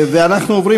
אנחנו עוברים